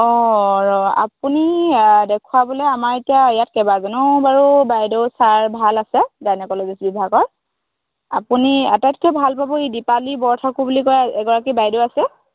অঁ ৰ আপুনি দেখুৱাবলৈ আমাৰ এতিয়া ইয়াত কেইবাজনো বাৰু বাইদেও ছাৰ ভাল আছে গাইনোকোলজিষ্ট বিভাগৰ আপুনি আটাইতকৈ ভাল পাব এই দিপালী বৰঠাকুৰ বুলি কয় এগৰাকী বাইদেও আছে